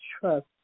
trust